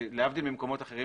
להבדיל ממקומות אחרים